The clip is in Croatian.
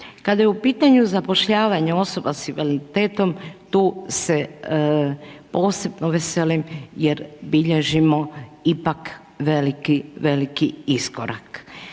Kada je u pitanju zapošljavanje osoba sa invaliditetom tu se posebno veselim jer bilježimo ipak veliki, veliki iskorak.